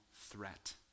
threat